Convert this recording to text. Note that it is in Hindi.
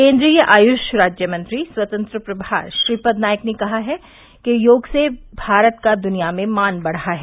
केन्द्रीय आयुष राज्य मंत्री स्वतंत्र प्रभार श्रीपद नायक ने कहा है कि योग से भारत का दुनिया में मान बढ़ा है